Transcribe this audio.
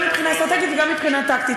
גם מבחינה אסטרטגית וגם מבחינה טקטית.